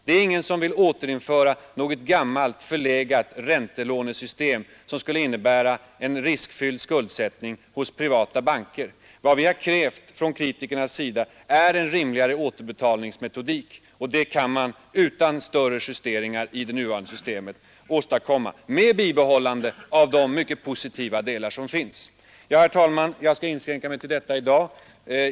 Det är ingen som vill återinföra något gammalt förlegat räntelånesystem som skulle innebära en riskfylld skuldsättning hos privata banker. Vad vi från kritikernas sida krävt är en rimligare återbetalningsmetodik och det kan man utan större justeringar i det nuvarande systemet åstadkomma med bibehållande av de mycket positiva delar som finns. Herr talman! Jag skall inskränka mig till detta i dag.